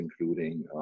including